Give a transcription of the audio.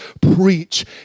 preach